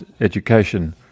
education